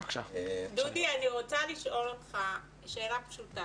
דודי, אני רוצה לשאול אותך שאלה פשוטה.